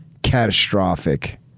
catastrophic